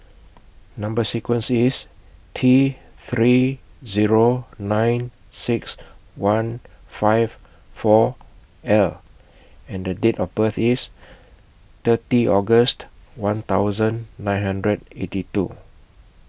Number sequence IS T three Zero nine six one five four L and The Date of birth IS thirty August one thousand nine hundred eighty two